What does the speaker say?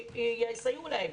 ויסייעו להם.